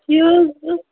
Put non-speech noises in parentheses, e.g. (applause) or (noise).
(unintelligible)